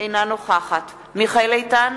אינה נוכחת מיכאל איתן,